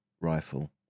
rifle